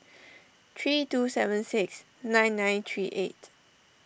three two seven six nine nine three eight